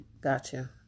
Gotcha